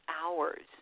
hours